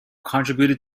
contributed